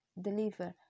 deliver